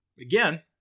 again